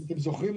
אם אתם זוכרים,